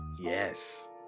yes